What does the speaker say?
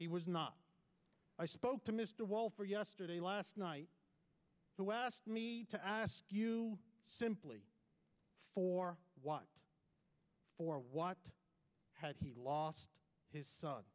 he was not i spoke to mr wall for yesterday last night who asked me to ask you simply for what for what had he lost his son